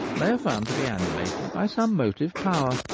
they are found to be animated by some motive power,